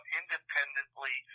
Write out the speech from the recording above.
independently